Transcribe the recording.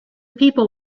people